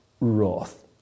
wrath